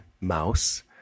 mouse